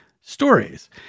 stories